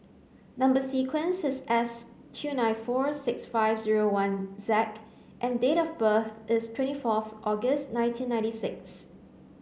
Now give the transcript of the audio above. number sequence is S two nine four six five zero one Z and date of birth is twenty fourth August nineteen ninety six